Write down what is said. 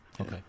Okay